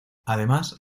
además